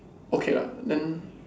okay lah then